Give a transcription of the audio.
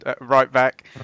right-back